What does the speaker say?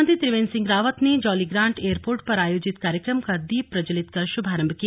मुख्यमंत्री त्रिवेंद्र सिंह रावत ने जौलीग्रांट एयरपोर्ट पर आयोजित कार्यक्रम का दीप प्रज्वलित कर शुभारंभ किया